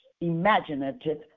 imaginative